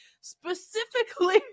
specifically